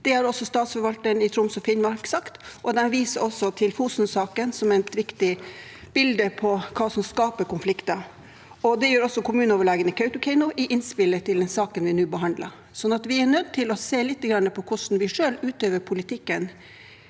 Det har også Statsforvalteren i Troms og Finnmark sagt, og de viser også til Fosen-saken som et viktig bilde på hva som skaper konflikter. Det gjør også kommuneoverlegen i Kautokeino i innspillet til den saken vi nå behandler. Så vi er nødt til å se lite grann på hvordan vi selv utøver politikken